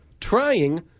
trying